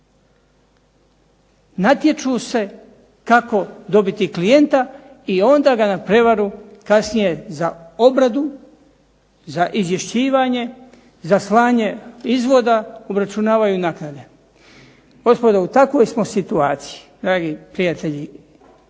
Natječu se kako dobiti klijenta i onda ga na prevaru kasnije za obradu za izvješćivanje, za slanje izvoda, obračunavaju naknade. Gospodo u takvoj smo situaciji, dragi prijatelji,